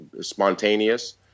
spontaneous